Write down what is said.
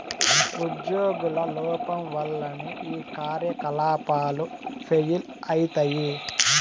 ఉజ్యోగుల లోపం వల్లనే ఈ కార్యకలాపాలు ఫెయిల్ అయితయి